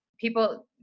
people